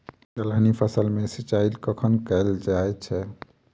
दलहनी फसल मे सिंचाई कखन कैल जाय छै?